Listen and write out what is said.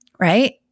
Right